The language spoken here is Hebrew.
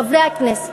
חברי הכנסת,